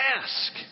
ask